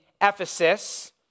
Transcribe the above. Ephesus